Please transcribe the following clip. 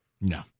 No